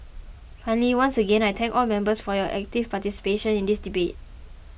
finally once again I thank all members for your active participation in this debate